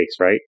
right